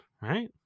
right